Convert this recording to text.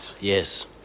Yes